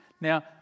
Now